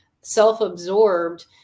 self-absorbed